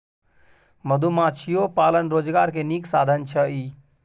मधुमाछियो पालन रोजगार के नीक साधन छइ